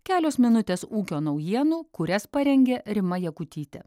kelios minutės ūkio naujienų kurias parengė rima jakutytė